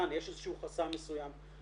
כאן יש איזה שהוא חסם מסוים --- יריב,